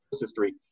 history